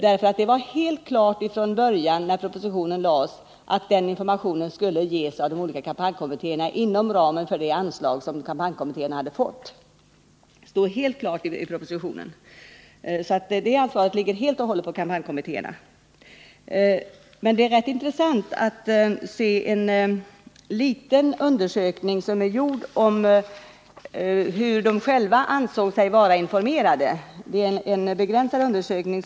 Det var nämligen helt klart från början när propositionen lades fram att en sådan information skulle ges av de olika kampanjkommittéerna inom ramen för de anslag som kommittéerna hade fått. Detta är klart utsagt i propositionen, så ansvaret ligger helt och hållet på kampanjkommittéerna. Jag vill i det här sammanhanget nämna att en begränsad, men som jag tycker mycket intressant undersökning har gjorts av Institutet för marknadsundersökningar.